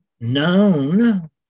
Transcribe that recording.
known